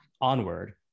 onward